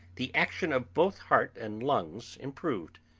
the action of both heart and lungs improved,